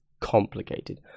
complicated